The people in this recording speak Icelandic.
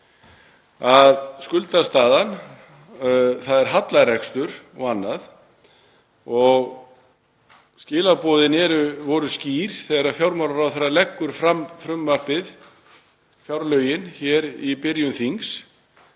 skuldastaðan er, það er hallarekstur og annað og skilaboðin voru skýr þegar fjármálaráðherra leggur fram frumvarp til fjárlaga hér í byrjun þings